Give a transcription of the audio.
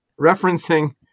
referencing